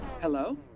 Hello